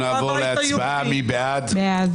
נצביע על